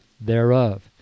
thereof